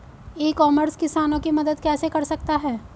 ई commerce किसानों की मदद कैसे कर सकता है?